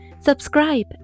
Subscribe